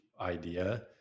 idea